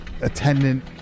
attendant